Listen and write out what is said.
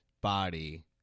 body